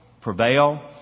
prevail